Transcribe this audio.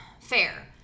fair